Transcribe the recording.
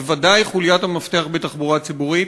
בוודאי חוליית המפתח בתחבורה הציבורית.